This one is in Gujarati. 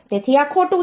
તેથી આ ખોટું છે